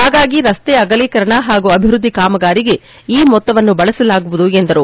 ಹಾಗಾಗಿ ರಸ್ತೆ ಅಗಲೀಕರಣ ಹಾಗೂ ಅಭಿವೃದ್ಧಿ ಕಾಮಗಾರಿಗೆ ಈ ಮೊತ್ತವನ್ನು ಬಳಸಲಾಗುವುದು ಎಂದರು